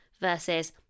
versus